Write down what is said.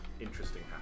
interesting